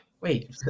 wait